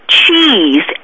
cheese